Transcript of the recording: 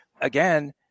Again